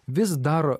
vis dar